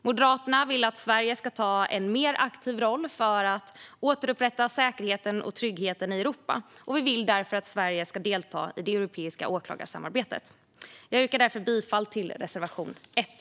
Moderaterna vill att Sverige ska ta en mer aktiv roll för att återupprätta säkerheten och tryggheten i Europa, och vi vill därför att Sverige ska delta i det europeiska åklagarsamarbetet. Jag yrkar därför bifall till reservation 1.